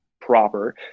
proper